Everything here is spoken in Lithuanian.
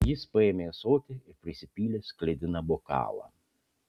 jis paėmė ąsotį ir prisipylė sklidiną bokalą